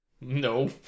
No